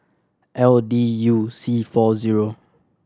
L D U C four zero